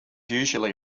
usually